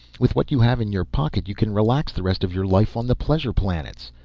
with what you have in your pocket you can relax the rest of your life on the pleasure planets.